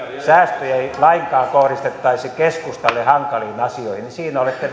säästöjä ei lainkaan kohdistettaisi keskustalle hankaliin asioihin niin siinä olette